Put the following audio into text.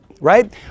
right